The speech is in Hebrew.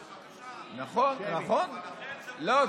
לא,